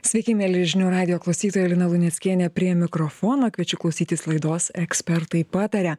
sveiki mieli žinių radijo klausytoja lina luneckienė prie mikrofono kviečiu klausytis laidos ekspertai pataria